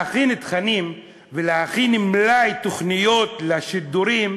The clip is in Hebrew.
כדי להכין תכנים ולהכין מלאי תוכניות לשידורים,